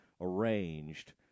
arranged